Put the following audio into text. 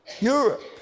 Europe